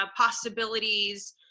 possibilities